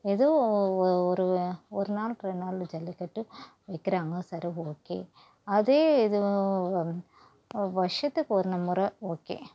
ஏதோ ஒ ஒரு ஒரு நாள் ரெண்டு நாள் ஜல்லிக்கட்டு வைக்கிறாங்க சரி ஒகே அதே இது வருஷத்துக்கு ஒர் முறை ஒகே